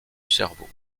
cerveau